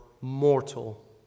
mortal